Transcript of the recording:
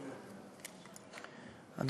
תודה,